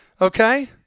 okay